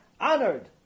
honored